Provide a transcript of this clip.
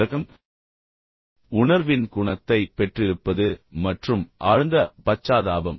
இரக்கம் உணர்வின் குணத்தை பெற்றிருப்பது மற்றும் ஆழ்ந்த பச்சாதாபம்